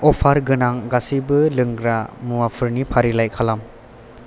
अफार गोनां गासैबो लोंग्रा मुवाफोरनि फारिलाइ खालाम